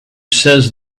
says